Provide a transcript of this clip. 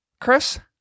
Chris